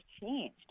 changed